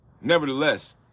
Nevertheless